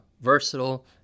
versatile